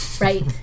Right